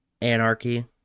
anarchy